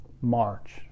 March